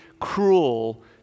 cruel